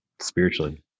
spiritually